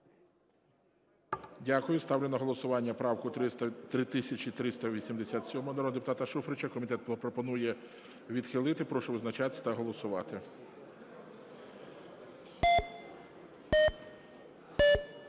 Дякую. Ставлю на голосування правку 3387 народного депутата Шуфрича. Комітет пропонує відхилити. Прошу визначатися та голосувати.